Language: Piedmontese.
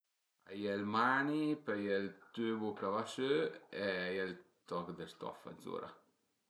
A ie ël mani, pöi a ie ël tübu ch'a va sü e a ie ël toc dë stofa d'zura